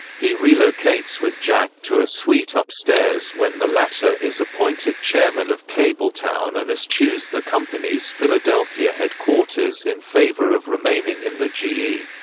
he relocates with jack to a suite upstairs when the latter is appointed chairman of kabletown and eschews the company's philadelphia headquarters in favor of remaining in the g e.